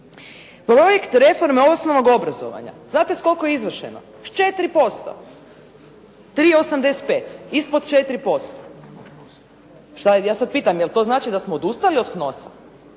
Projekt reforme osnovnog obrazovanja. Znate s koliko je izvršeno? S 4%. 3,85. Ispod 4%. Šta, ja sad pitam jel' to znači da smo odustali od HNOS-a